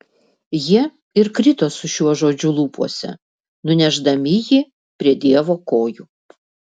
jie ir krito su šiuo žodžiu lūpose nunešdami jį prie dievo kojų